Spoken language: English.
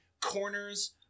corners